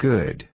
Good